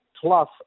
plus